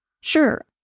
Sure